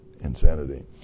insanity